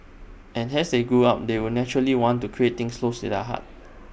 and as they grew up they would naturally want to create things close to their heart